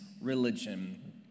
Religion